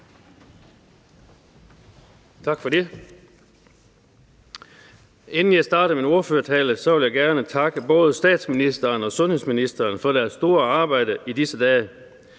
Tak for det. Inden jeg starter min ordførertale, vil jeg gerne takke både statsministeren og sundhedsministeren for deres store arbejde i disse dage.